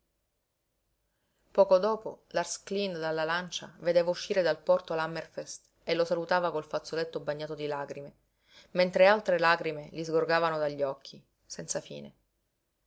poco dopo lars cleen dalla lancia vedeva uscire dal porto l'hammerfest e lo salutava col fazzoletto bagnato di lagrime mentre altre lagrime gli sgorgavano dagli occhi senza fine